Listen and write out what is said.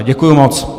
Děkuji moc.